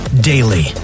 daily